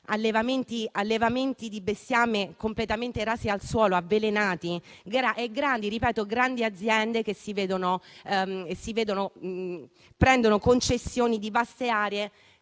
allevamenti di bestiame completamente rasi al suolo, animali avvelenati, grandi aziende che prendono concessioni di vaste aree